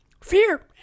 Fear